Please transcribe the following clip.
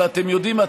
ואתם יודעים מה?